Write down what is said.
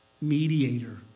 mediator